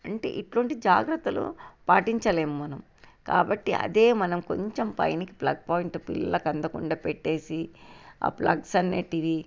అంటే ఇలాంటి జాగ్రత్తలు పాటించలేము మనం కాబట్టి అదే మనం కొంచెం పైనకి ప్లగ్ పాయింట్ పిల్లలకి అందకుండా పెట్టేసి ఆ ప్లగ్స్ అన్నింటిని